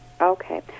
Okay